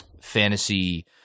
fantasy